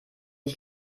ich